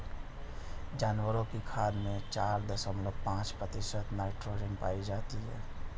जानवरों की खाद में चार दशमलव पांच प्रतिशत नाइट्रोजन पाई जाती है